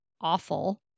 awful